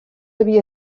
havia